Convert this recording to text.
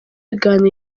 biganiro